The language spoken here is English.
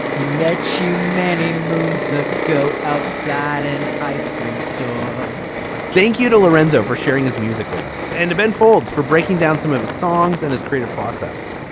he met you many moons that go outside an ice cream store thank you to lorenzo for sharing his music with us. and ben folds for breaking down some of his songs and his creative process.